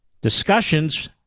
Discussions